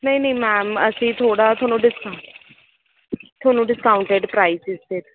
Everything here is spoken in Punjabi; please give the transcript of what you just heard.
ਨਹੀਂ ਨਹੀਂ ਮੈਮ ਅਸੀਂ ਥੋੜਾ ਤੁਹਾਨੂੰ ਡਿਸਕਾਉਟ ਤੁਹਾਨੂੰ ਡਿਸਕਾਊਂਟਡ ਪ੍ਰਾਈਸਸ 'ਤੇ